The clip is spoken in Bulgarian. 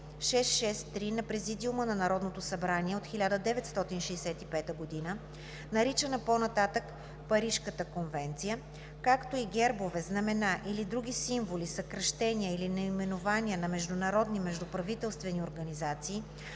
на Президиума на Народното събрание от 1965 г. (обн., ДВ, бр. …), наричана по-нататък „Парижката конвенция“, както и гербове, знамена или други символи, съкращения или наименования на международни междуправителствени организации,